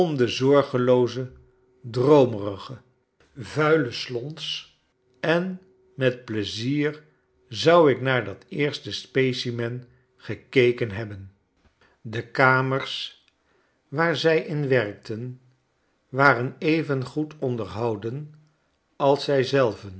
de zorgelooze droomerige vuile slons en met pleizier zou ik naar dat eerste specimen gekeken hebben de kamers waar z in werkten waren even goed onderhouden als zij zelven